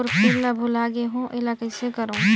मोर pin ला भुला गे हो एला कइसे करो?